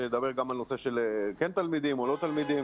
שידבר גם על נושא של כן תלמידים או לא תלמידים.